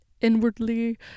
inwardly